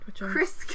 Chris